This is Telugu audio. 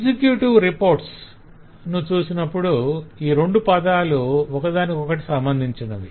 'executive reports' ను చూసినప్పుడు ఆ రెండు పదాలు ఒక దానికొకటి సంబంధించినవి